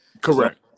Correct